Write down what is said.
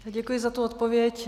Děkuji za tu odpověď.